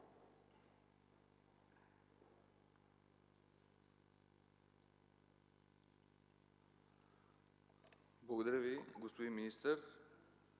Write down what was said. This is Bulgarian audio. Благодаря Ви, господин министър,